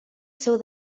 seu